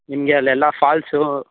ನಿಮಗೆ ಅಲ್ಲೆಲ್ಲ ಫಾಲ್ಸೂ